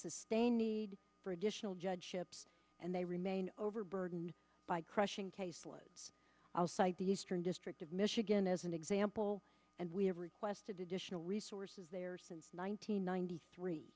sustained need for additional judgeships and they remain overburdened by crushing caseload outside the eastern district of michigan as an example and we have requested additional resources there since one nine hundred ninety three